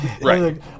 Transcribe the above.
Right